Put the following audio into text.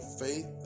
faith